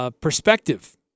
Perspective